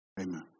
Amen